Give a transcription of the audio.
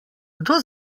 kdo